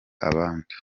abandi